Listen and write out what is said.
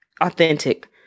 authentic